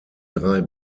drei